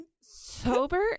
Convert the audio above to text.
Sober